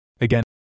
Again